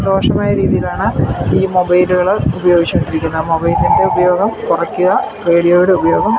ദോഷമായ രീതിയിലാണ് ഈ മൊബൈലുകൾ ഉപയോഗിച്ചുകൊണ്ടിരിക്കുന്നത് മൊബൈലിൻ്റെ ഉപയോഗം കുറയ്ക്കുക റേഡിയോയുടെ ഉപയോഗം